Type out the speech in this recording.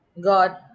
god